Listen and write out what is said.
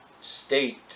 state